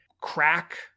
Crack